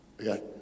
okay